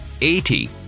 eighty